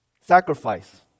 Sacrifice